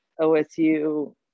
OSU